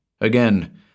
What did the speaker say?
Again